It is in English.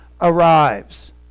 arrives